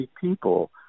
people